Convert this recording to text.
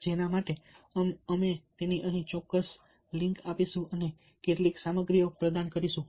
જેના માટે અમે ચોક્કસપણે કેટલીક લિંક્સ આપીશું અને કેટલીક સામગ્રી પ્રદાન કરીશું